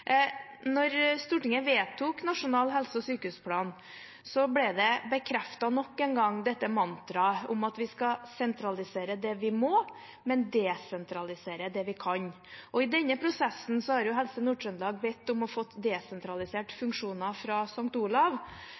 Stortinget vedtok Nasjonal helse- og sykehusplan, bekreftet man nok en gang dette mantraet om at vi skal sentralisere det vi må, men desentralisere det vi kan. I denne prosessen har Helse Nord-Trøndelag bedt om å få desentralisert funksjoner fra St. Olav.